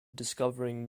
discovering